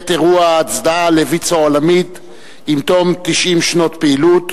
אירוע ההצדעה לויצו העולמית עם תום 90 שנות פעילות,